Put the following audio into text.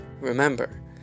Remember